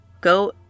go